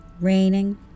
raining